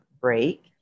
break